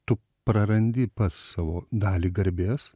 tu prarandi pats savo dalį garbės